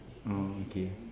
mm okay